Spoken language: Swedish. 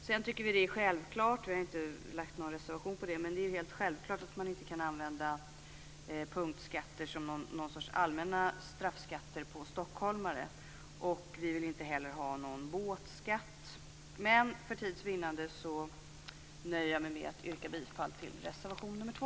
Vi har inte avgett någon reservation i den frågan, men vi tycker att det är helt självklart att man inte kan använda punktskatter som någon sorts allmänna straffskatter för stockholmare. Vi vill inte heller ha någon båtskatt. Men för tids vinnande nöjer jag mig med att yrka bifall till reservation nr 2.